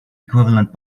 equivalent